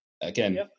Again